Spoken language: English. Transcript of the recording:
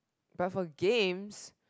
but for games